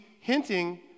hinting